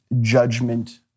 judgment